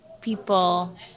people